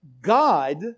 God